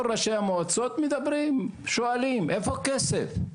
כל ראשי המועצות מדברים, שואלים איפה הכסף.